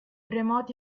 remoti